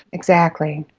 exactly.